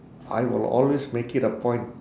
I will always make it a point